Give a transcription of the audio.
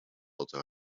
also